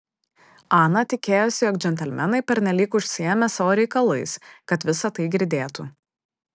ana tikėjosi jog džentelmenai pernelyg užsiėmę savo reikalais kad visa tai girdėtų